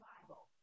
Bible